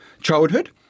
childhood